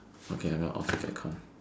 okay I'm off the back ah